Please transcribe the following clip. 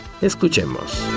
Escuchemos